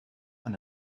and